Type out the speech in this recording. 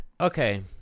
okay